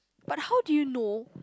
but how do you know